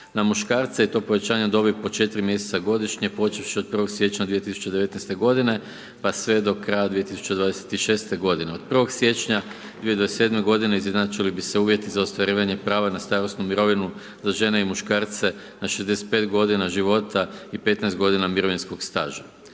na muškarce, i to povećanje dobi po 4 mjeseca godišnje, počevši od 01. siječnja 2019. godine, pa sve do kraja 2026. godine. Od 01. siječnja 2027. godine, izjednačili bi se uvjeti za ostvarivanje prava na starosnu mirovinu za žene i muškarce na 65 godina života, i 15 godina mirovinskog staža.